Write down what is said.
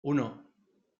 uno